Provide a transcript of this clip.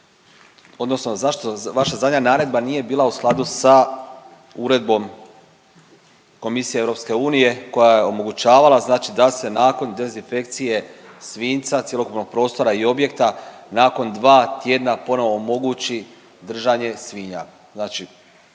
odnosno zašto vaša zadnja naredba nije bila u skladu sa Uredbom Komisije Europske unije, koja je omogućavala znači da se nakon dezinfekcije svinjca, cjelokupnog prostora i objekta, nakon dva tjedna ponovno omogući držanje svinja.